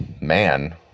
man